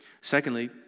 Secondly